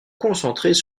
concentrées